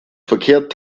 verkehrt